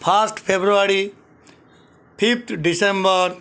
fast February fifth December